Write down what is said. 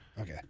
okay